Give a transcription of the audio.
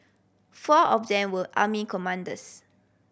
four of them were army commandos